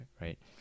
right